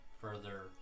further